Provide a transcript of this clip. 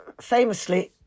famously